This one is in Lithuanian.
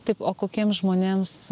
taip o kokiems žmonėms